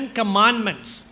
commandments